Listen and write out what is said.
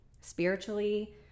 spiritually